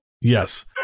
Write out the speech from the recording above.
Yes